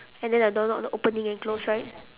and then the doorknob got opening and close right